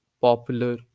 popular